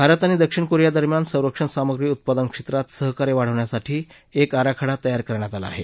भारत आणि दक्षिण कोरिया दरम्यान संरक्षण साम्रग्री उत्पादन क्षेत्रात सहकार्य वाढवण्यासाठी एक आराखडा तयार करण्यात आला आहे